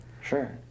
Sure